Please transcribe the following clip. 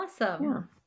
awesome